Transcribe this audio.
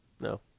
No